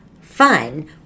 fun